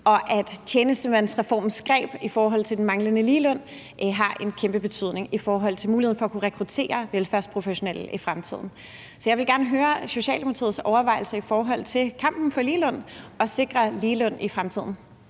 og at tjenestemandsreformens greb i forhold til den manglende ligeløn har en kæmpe betydning i forhold til at kunne rekruttere velfærdsprofessionelle i fremtiden. Så jeg vil gerne høre Socialdemokratiets overvejelser om kampen for ligeløn og at sikre ligeløn i fremtiden